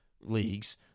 leagues